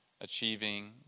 achieving